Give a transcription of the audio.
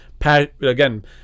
Again